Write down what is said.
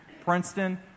Princeton